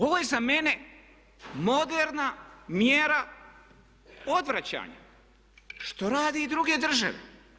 Ovo je za mene moderna mjera odvraćanja što rade i druge države.